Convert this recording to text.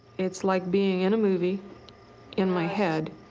it's like being in a movie in my head.